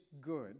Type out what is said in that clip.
good